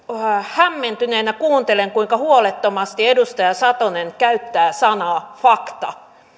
hämmentyneenä kuuntelen kuinka huolettomasti edustaja satonen käyttää sanaa fakta